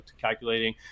calculating